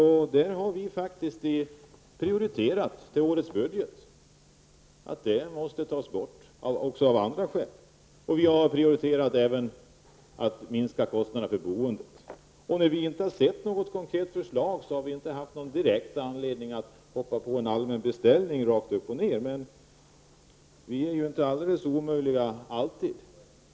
Här har vi faktiskt prioriterat i årets budget och föreslagit ett borttagande -- även av andra skäl. Vi har också prioriterat en minskning av kostnaderna för boendet. När vi inte har sett något konkret förslag har vi inte haft någon direkt anledning att ''hoppa på'' en allmän beställning rakt upp och ned. Men vi är inte alltid alldeles omöjliga.